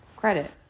credit